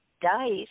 dice